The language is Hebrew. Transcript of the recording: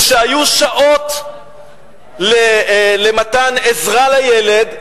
כשהיו שעות למתן עזרה לילד,